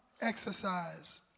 exercise